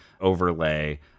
overlay